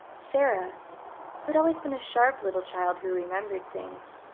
sara, who had always been a sharp little child, who remembered things,